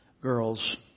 girls